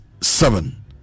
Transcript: seven